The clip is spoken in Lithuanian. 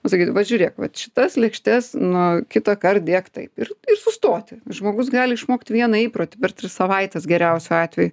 nu sakyt vat žiūrėk vat šitas lėkštes nu kitąkart dėk taip ir ir sustoti žmogus gali išmokt vieną įprotį per tris savaites geriausiu atveju